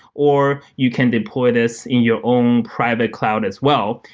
or you can deploy this in your own private cloud as well.